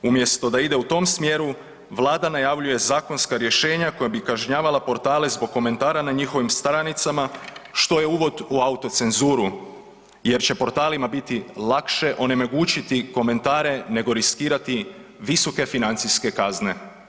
Umjesto da ide u tom smjeru Vlada najavljuje zakonska rješenja koja bi kažnjavala portale zbog komentara na njihovim stranicama što je uvod u autocenzuru, jer će portalima biti lakše onemogućiti komentare nego riskirati visoke financijske kazne.